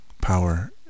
power